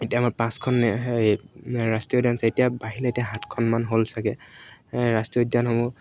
এতিয়া আমাৰ পাঁচখন এই ৰাষ্ট্ৰীয় উদ্যান আছে এতিয়া বাঢ়িলে এতিয়া সাতখনমান হ'ল ছাগৈ ৰাষ্ট্ৰীয় উদ্যানসমূহ